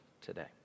today